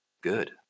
good